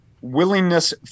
willingness